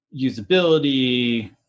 usability